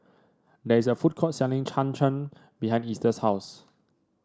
there is a food court selling Cham Cham behind Easter's house